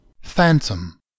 Phantom